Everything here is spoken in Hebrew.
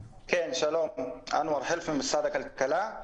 אני ממשרד הכלכלה.